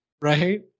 Right